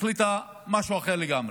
שהחליטה משהו אחר לגמרי,